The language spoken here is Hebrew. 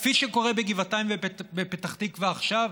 כפי שקורה בגבעתיים ובפתח תקווה עכשיו,